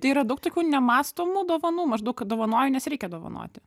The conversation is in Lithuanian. tai yra daug tokių nemąstomų dovanų maždaug kad dovanoju nes reikia dovanoti